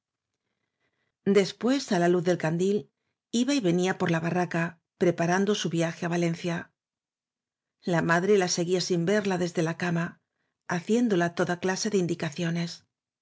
después á la luz del candil iba y venía por la barraca preparando su viaje á valencia la madre la seguía sin verla desde la cama v blasco ibáñez haciéndola toda clase de indicaciones